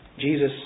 Jesus